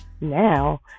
now